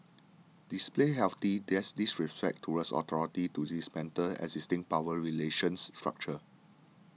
display healthy diss disrespect towards authority to dismantle existing power relations structure